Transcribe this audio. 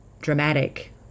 dramatic